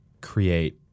create